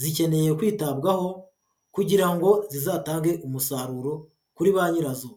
Zikeneye kwitabwaho kugira ngo zizatange umusaruro kuri ba nyirazo.